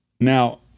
Now